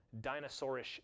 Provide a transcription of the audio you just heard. dinosaurish